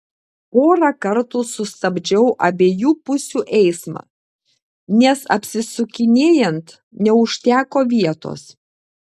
porą kartų sustabdžiau abiejų pusių eismą nes apsisukinėjant neužteko vietos